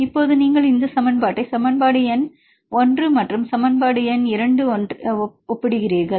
இப்போது நீங்கள் இந்த சமன்பாட்டை சமன்பாடு எண் ஒன்று மற்றும் சமன்பாடு எண் 2 ஒப்பிடுகிறீர்கள்